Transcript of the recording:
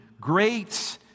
Great